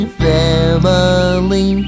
family